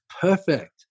perfect